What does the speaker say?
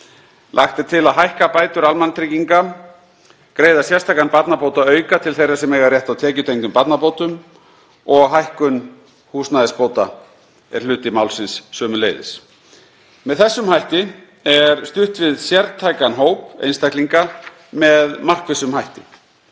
Lagt er til að hækka bætur almannatrygginga, greiða sérstakan barnabótaauka til þeirra sem eiga rétt á tekjutengdum barnabótum og hækkun húsnæðisbóta er hluti málsins sömuleiðis. Þannig er stutt við sértækan hóp einstaklinga með markvissum hætti.